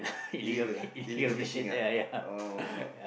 illegal ah illegal fishing ah !alamak!